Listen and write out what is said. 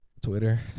Twitter